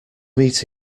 meet